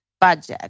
budget